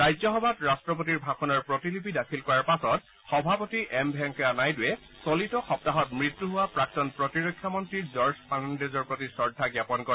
ৰাজসভাত ৰাট্টপতি ভাষণৰ প্ৰতিলিপি দাখিল কৰাৰ পাছত সভাপতি এম ভেংকায়া নাইডুৰে চলিত সপ্তাহত মৃত্যু হোৱা প্ৰাক্তন প্ৰতিৰক্ষা মন্ত্ৰী জৰ্জ ফাৰ্ণাণ্ণাজৰ প্ৰতি শ্ৰদ্ধা জ্ঞাপন কৰে